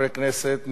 14 חברי כנסת.